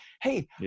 hey